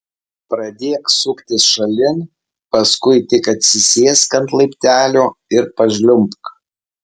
pradėk suktis šalin paskui tik atsisėsk ant laiptelio ir pažliumbk